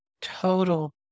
total